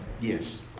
Yes